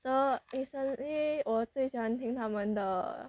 so recently 我最喜欢听他们的